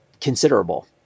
considerable